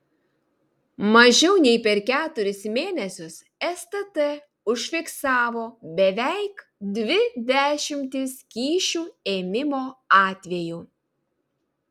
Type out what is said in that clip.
mažiau nei per keturis mėnesius stt užfiksavo beveik dvi dešimtis kyšių ėmimo atvejų